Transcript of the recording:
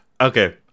Okay